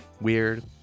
weird